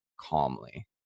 calmly